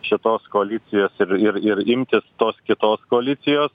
šitos koalicijos ir ir ir imtis tos kitos koalicijos